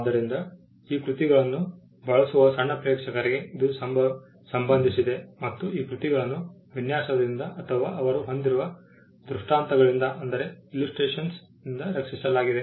ಆದ್ದರಿಂದ ಈ ಕೃತಿಗಳನ್ನು ಬಳಸುವ ಸಣ್ಣ ಪ್ರೇಕ್ಷಕರಿಗೆ ಇದು ಸಂಬಂಧಿಸಿದೆ ಮತ್ತು ಈ ಕೃತಿಗಳನ್ನು ವಿನ್ಯಾಸದಿಂದ ಅಥವಾ ಅವರು ಹೊಂದಿರುವ ದೃಷ್ಟಾಂತಗಳಿಂದ ರಕ್ಷಿಸಲಾಗಿದೆ